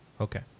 Okay